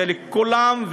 זה לכולם,